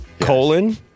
Colon